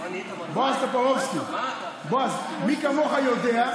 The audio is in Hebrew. בועז טופורובסקי, בועז, מי כמוך יודע את